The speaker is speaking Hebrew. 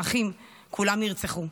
והאחים כולם נרצחו.